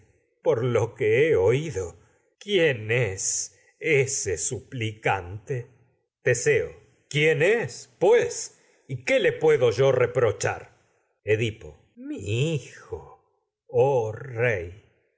por lo que he oido quién es ese su plicante teseo quién es pues y qué le puedo yo re prochar tragedias de sófocles edipo bras mi hijo oh